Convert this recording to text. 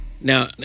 Now